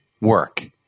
work